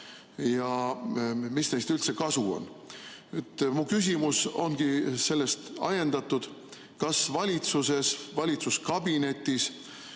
ja mis neist üldse kasu on. Mu küsimus ongi sellest ajendatud. Kas valitsuses, valitsuskabinetis,